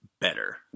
better